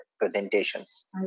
presentations